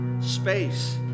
Space